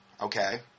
okay